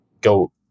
go